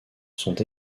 sont